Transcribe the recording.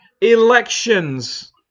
elections